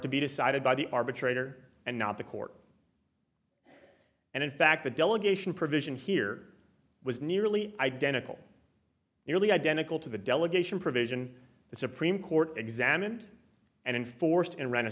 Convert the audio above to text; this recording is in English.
to be decided by the arbitrator and not the court and in fact the delegation provision here was nearly identical nearly identical to the delegation provision the supreme court examined and enforced and ran a